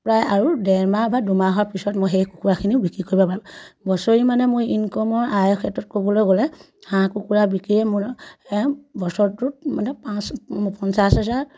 প্ৰায় আৰু ডেৰ মাহ বা দুমাহৰ পিছত মই সেই কুকুৰাখিনিও বিক্ৰী কৰিব পাৰিম বছৰি মানে মই ইনকমৰ আয়ৰ ক্ষেত্ৰত ক'বলৈ গ'লে হাঁহ কুকুৰা বিকিয়েই মোৰ বছৰটোত মানে পাঁচ পঞ্চাছ হাজাৰ